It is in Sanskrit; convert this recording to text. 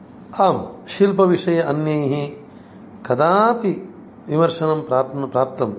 आम् शिल्पविषये अन्यैः कदापि विमर्शनं प्राप्न प्राप्तं